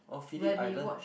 oh Phillip Island